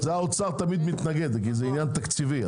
זה האוצר תמיד מתנגד כי זה עניין תקציבי.